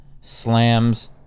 slams